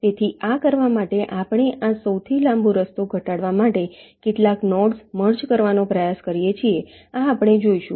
તેથી આ કરવા માટે આપણે આ સૌથી લાંબો રસ્તો ઘટાડવા માટે કેટલાક નોડ્સ મર્જ કરવાનો પ્રયાસ કરીએ છીએ આ આપણે જોઈશું